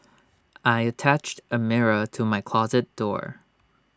I attached A mirror to my closet door